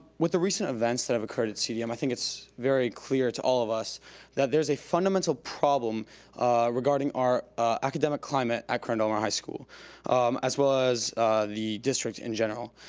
with the recent events that have occurred at cdm, i think it's very clear to all of us that there's a fundamental problem regarding our academic climate at corona del mar high school as well as the district in general.